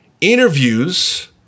interviews